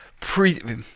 pre